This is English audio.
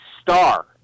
star